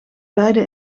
beide